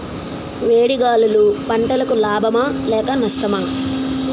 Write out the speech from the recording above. వేడి గాలులు పంటలకు లాభమా లేక నష్టమా?